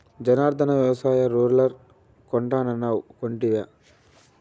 జనార్ధన, వ్యవసాయ రూలర్ కొంటానన్నావ్ కొంటివా